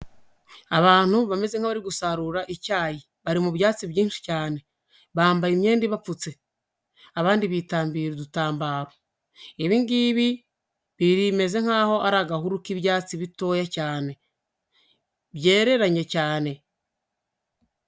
Abantu bameze nk'abari gusarura icyayi, bari mu byatsi byinshi cyane, bambaye imyenda ibapfutse, abandi bitambira udutambaro, ibi ngibi bimeze nk'aho ari agahuru k'ibyatsi bitoya cyane, byereranye cyane.